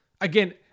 Again